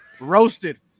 roasted